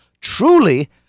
truly